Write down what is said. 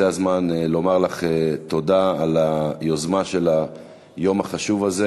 זה הזמן לומר לך תודה על היוזמה של היום החשוב הזה.